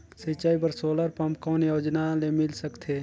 सिंचाई बर solar pump कौन योजना ले मिल सकथे?